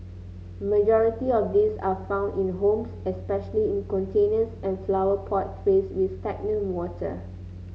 majority of these are found in homes especially in containers and flower pot trays with stagnant water